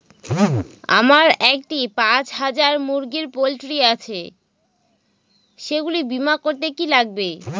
আমার একটি পাঁচ হাজার মুরগির পোলট্রি আছে সেগুলি বীমা করতে কি লাগবে?